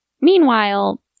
meanwhile